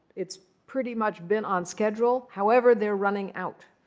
it's pretty much been on schedule. however, they're running out.